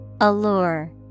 Allure